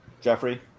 Jeffrey